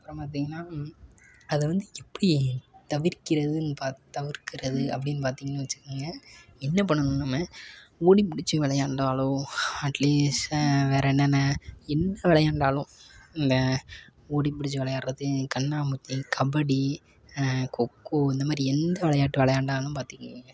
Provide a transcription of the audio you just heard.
அப்புறம் பார்த்தீங்கன்னா அதை வந்து எப்படி தவிர்க்கிறதுன்னு பாத் தவிர்க்கிறது அப்படின்னு பார்த்தீங்கன்னு வெச்சுக்கங்க என்ன பண்ணணும் நம்ம ஓடிப் பிடிச்சி விளையாண்டாலோ அட்லீஸ்ட் வேறு என்னென்ன என்ன விளையாண்டாலும் இந்த ஓடிப் புடிச்சு விளையாட்றது கண்ணாமூச்சி கபடி கொக்கோ இந்த மாதிரி எந்த விளையாட்டு விளையாண்டாலும் பார்த்தீக்கிங்க